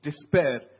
despair